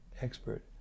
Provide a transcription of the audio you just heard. expert